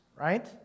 right